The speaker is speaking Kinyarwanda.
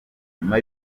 nyuma